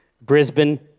Brisbane